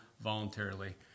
voluntarily